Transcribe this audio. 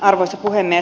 arvoisa puhemies